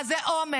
מה זה אומץ,